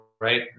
right